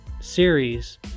series